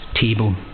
table